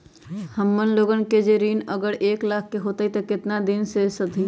हमन लोगन के जे ऋन अगर एक लाख के होई त केतना दिन मे सधी?